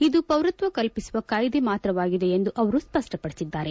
ಇದು ಪೌರತ್ವ ಕಲ್ಪಿಸುವ ಕಾಯ್ದೆ ಮಾತ್ರವಾಗಿದೆ ಎಂದು ಅವರು ಸ್ಪಷ್ಟಪಡಿಸಿದ್ದಾರೆ